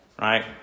right